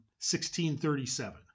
1637